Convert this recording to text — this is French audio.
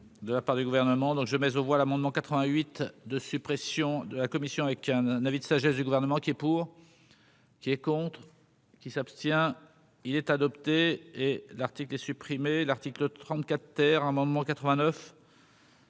De la part du gouvernement donc je mais aux voix l'amendement 88 de suppression de la commission avec un avis de sagesse du gouvernement qui est. Pour qui est contre. Qui s'abstient, il est adopté, et l'article supprimer l'article 34 terre un moment 89.